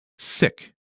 Sick